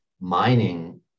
mining